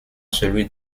celui